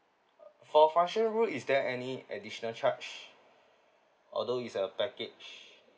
err for function room is there any additional charge although it's a package